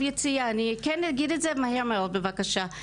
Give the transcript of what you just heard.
יציאה אני כן אגיד את זה מהר מאוד בבקשה.